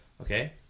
Okay